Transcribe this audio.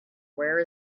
where